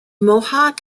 mohawk